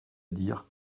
dire